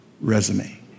resume